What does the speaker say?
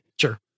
Sure